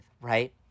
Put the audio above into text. right